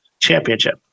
championship